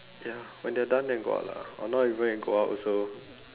ya when they're done then go out lah or not even you go out also